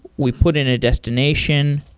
we put in a destination.